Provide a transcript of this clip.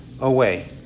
away